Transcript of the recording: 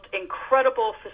incredible